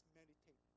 meditate